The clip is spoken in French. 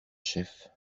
chef